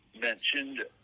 mentioned